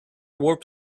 warp